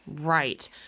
Right